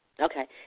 Okay